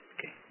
Okay